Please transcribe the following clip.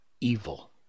evil